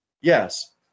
Yes